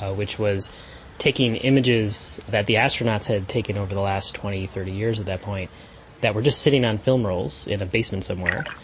ah which was taking images that the astronauts had taken over the last twenty, thirty years at that point that were just sitting on film rolls in a basement somewhere,